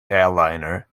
airliner